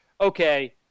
Okay